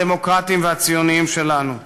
הדמוקרטיים והציוניים שלנו.